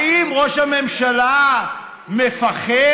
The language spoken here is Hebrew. האם ראש הממשלה מפחד,